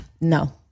No